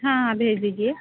हाँ हाँ भेज दीजिए